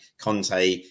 conte